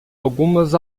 algumas